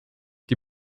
die